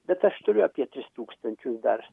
bet aš turiu apie tris tūkstančius dar